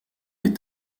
est